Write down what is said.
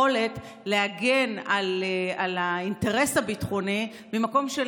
יכולת להגן על האינטרס הביטחוני ממקום של